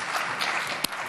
(מחיאות כפיים)